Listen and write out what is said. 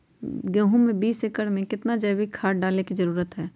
गेंहू में बीस एकर में कितना जैविक खाद डाले के जरूरत है?